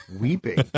weeping